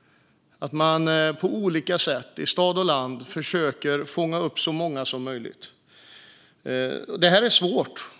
- att man på olika sätt i stad och på landsbygd försöker fånga upp så många som möjligt. Det här är svårt.